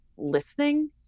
listening